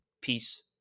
Peace